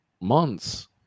months